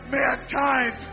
mankind